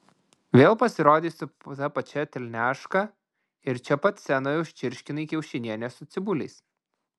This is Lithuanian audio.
vėl pasirodei su ta pačia telniaška ir čia pat scenoje užčirškinai kiaušinienę su cibuliais